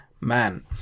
man